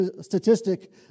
statistic